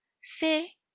say